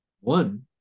one